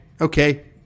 Okay